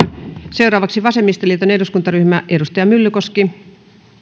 seuraavaksi vasemmistoliiton eduskuntaryhmä edustaja myllykoski